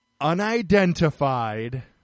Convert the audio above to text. Unidentified